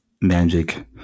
Magic